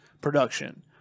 production